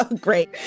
great